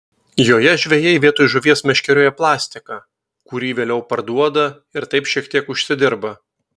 joje žvejai vietoj žuvies meškerioja plastiką kurį vėliau parduoda ir taip šiek tiek užsidirba